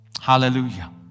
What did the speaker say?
Hallelujah